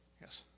Yes